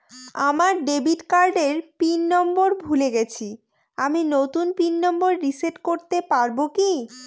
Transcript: আমার ডেবিট কার্ডের pin number ভুলে গেছি আমি নূতন পিন নম্বর রিসেট করতে পারবো কি?